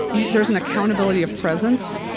yeah there's an accountability of presence,